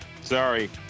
Sorry